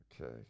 Okay